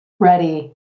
ready